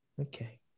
okay